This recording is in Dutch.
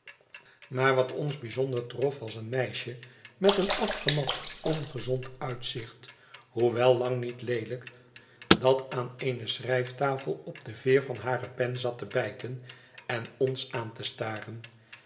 maar wat ons bijzonder trof was een meisje met een afgemat ongezond uitzicht hoewel lang niet leelijk dat aan eene schrijftafel op de veer van hare pen zat te bijten en ons aan te staren